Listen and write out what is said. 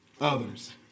others